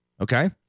Okay